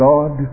God